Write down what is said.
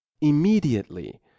Immediately